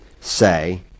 say